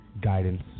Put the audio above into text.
guidance